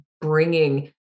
bringing